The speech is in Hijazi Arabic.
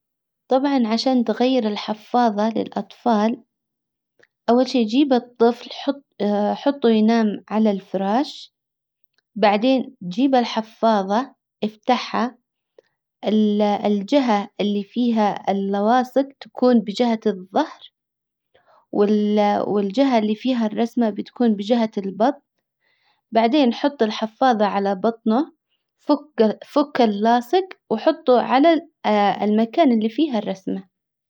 طبعا عشان تغير الحفاظة للاطفال اول شئ جيب الطفل حط حطه ينام على الفراش بعدين تجيب الحفاظة افتحها الجهة اللي فيها اللواصق تكون بجهة الظهر والجهة اللي فيها الرسمة بتكون بجهة البطن. بعدين حطي الحفاضة على بطنه. فك فك اللاصق وحطه على المكان اللي فيه الرسمة.